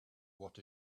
what